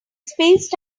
spaced